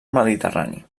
mediterrani